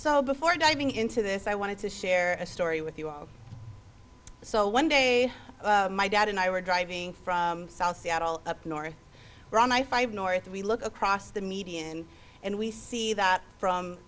so before diving into this i wanted to share a story with you so one day my dad and i were driving from south seattle up north we're on i five north we look across the median and we see that from